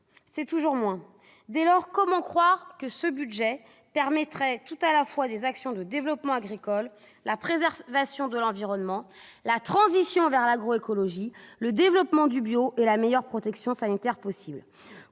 C'est toujours moins ! Dès lors, comment croire que ce budget permettrait tout à la fois de mener des actions de développement agricole et d'assurer la préservation de l'environnement, la transition vers l'agroécologie, le développement du bio et la meilleure protection sanitaire possible ?